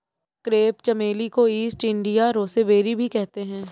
crepe चमेली को East India rosebay भी कहते हैं